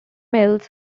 mills